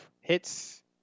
hits